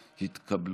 אתה לא מבקש.